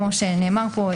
כמו שנאמר פה,